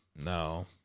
No